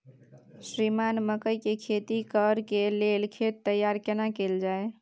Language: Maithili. श्रीमान मकई के खेती कॉर के लेल खेत तैयार केना कैल जाए?